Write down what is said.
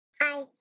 Hi